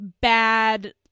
bad